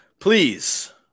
Please